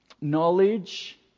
knowledge